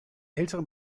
älteren